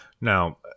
Now